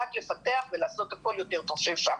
רק לפתח ולעשות הכול הכי טוב שאפשר.